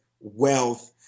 wealth